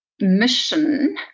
mission